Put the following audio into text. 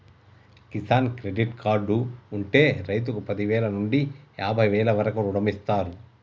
Kisan credit card ఉంటె రైతుకు పదివేల నుండి యాభై వేల వరకు రుణమిస్తారు